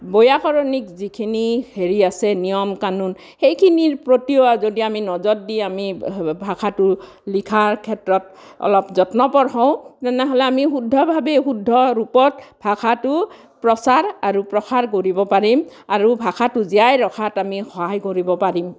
বৈয়াকৰণিক যিখিনি হেৰি আছে নিয়ম কানুন সেইখিনিৰ প্ৰতিও যদি আমি নজৰ দি আমি ভাষাটো লিখাৰ ক্ষেত্ৰত অলপ যত্নপৰ হওঁ তেনেহ'লে আমি শুদ্ধভাৱে শুদ্ধ ৰূপত ভাষাটো প্ৰচাৰ আৰু প্ৰসাৰ কৰিব পাৰিম আৰু ভাষাটো জীয়াই ৰখাত আমি সহায় কৰিব পাৰিম